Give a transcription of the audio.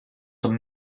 some